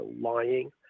lying